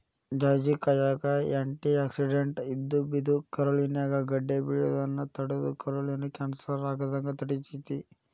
ಜಾಜಿಕಾಯಾಗ antioxidant ಇದ್ದು, ಇದು ಕರುಳಿನ್ಯಾಗ ಗಡ್ಡೆ ಬೆಳಿಯೋದನ್ನ ತಡದು ಕರುಳಿನ ಕ್ಯಾನ್ಸರ್ ಆಗದಂಗ ತಡಿತೇತಿ